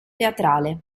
teatrale